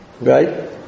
right